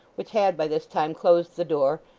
which had by this time closed the door,